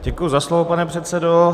Děkuji za slovo, pane předsedo.